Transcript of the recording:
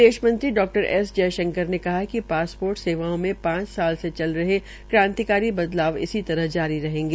विदेश मंत्री डा एस जयशंकर ने कहा है कि पासपोर्ट सेवाओं में पांच साल से चल रहे क्रांतिकारी बदलाव इसी तरह जारी रहेंगे